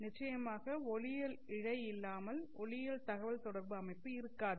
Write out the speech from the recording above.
நிச்சயமாக ஒளியியல் இழை இல்லாமல் ஒளியியல் தகவல் தொடர்பு அமைப்பு இருக்காது